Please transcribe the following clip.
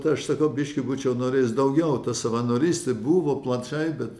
tai aš sakau biškį būčiau norėjęs daugiau ta savanorystė buvo plačiai bet